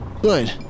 Good